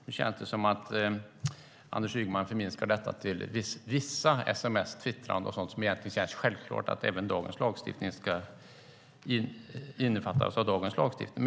Det känns som om Anders Ygeman förminskar detta till visst sms:ande, twittrande och sådant som självfallet ska innefattas i dagens lagstiftning.